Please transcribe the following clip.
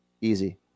easy